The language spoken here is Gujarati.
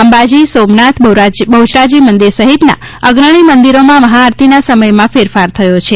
અંબાજી સોમનાથ બહુચરાજી મંદિર સહિતના અગ્રણી મંદિરોમાં મહાઆરતીના સમયમાં ફેરફાર થયો છે